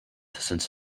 since